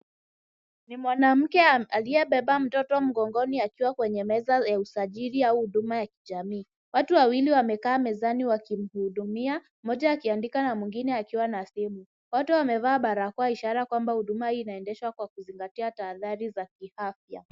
Ni mwanamke aliyebeba mtoto mgongoni akiwa kwenye meza ya usajili au huduma ya kijamii. Watu wawili wamekaa mezani wakimhudumia, mmoja akiandika na mwingine akiwa na simu. Wote wamevaa barakoa ishara kwamba huduma hii inaendeshwa kwa kuzingatia tahadhari za kiafya.